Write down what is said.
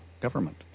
government